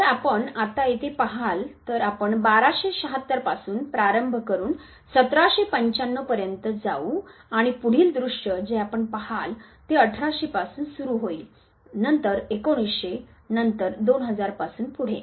जर आपण आत्ता येथे पहाल तर आपण 1276 पासून प्रारंभ करुन 1795 पर्यंत जाऊ आणि पुढील दृश्य जे आपण पहाल ते 1800 पासून सुरू होईल नंतर 1900 नंतर 2000 पासून पुढे